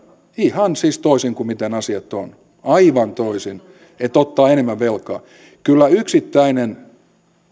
ihan toisin kuin miten asiat ovat aivan toisin että otetaan enemmän velkaa kyllä yksittäinen